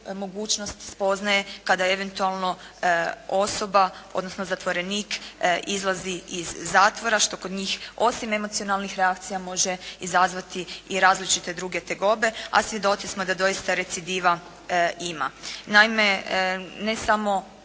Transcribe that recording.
mogućnost i spoznaje kada eventualno osoba odnosno zatvorenik izlazi iz zatvora što kod njih osim emocionalnih reakcija može izazvati i različite druge tegobe, a svjedoci smo da doista recidiva ima.